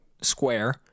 square